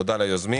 תודה ליוזמי